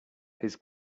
his